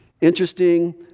Interesting